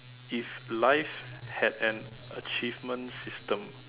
if life had an achievement system